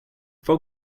fog